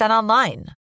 online